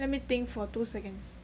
let me think for two seconds